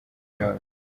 yombi